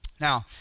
Now